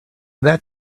that